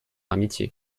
amitié